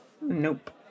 Nope